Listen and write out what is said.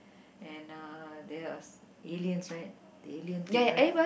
and uh there are aliens right the alien thing right